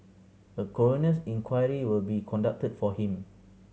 a coroner's inquiry will be conducted for him